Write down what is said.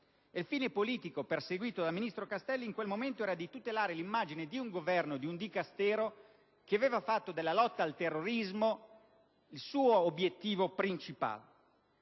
Il fine politico perseguito dal ministro Castelli in quel momento era di tutelare l'immagine di un Governo e di un Dicastero che aveva fatto della lotta al terrorismo il suo obiettivo principale.